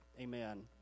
Amen